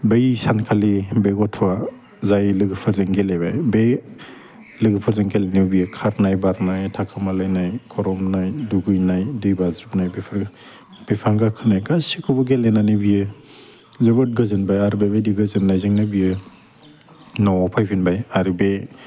बै सानखालि बे गथ'आ जाय लोगोफोरजों गेलेबाय बे लोगोफोरजों गेलेनायाव बेयो खारनाय बारनाय थाखोमा लानाय खर' बहनाय दुगैनाय दै बाज्रुमनाय बेफोर बिफां गाखोनाय गासिखौबो गेलेनानै बियो जोबोद गोजोनबाय आरो बेबायदि गोजोन्नायजोंनो बियो न'वाव फैफिनबाय आरो बे